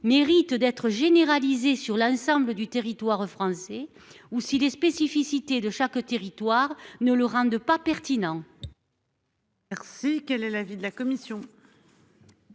méritent d'être généralisés sur l'ensemble du territoire français ou si les spécificités de chaque territoire ne rein de pas pertinent.